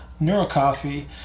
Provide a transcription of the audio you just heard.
NeuroCoffee